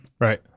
Right